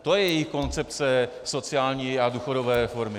To je jejich koncepce sociální a důchodové reformy.